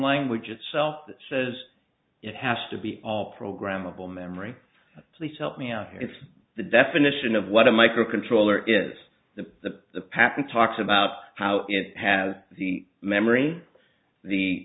language itself that says it has to be all programmable memory please help me out it's the definition of what a microcontroller is the patent talks about how it has the memory the